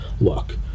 look